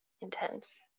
intense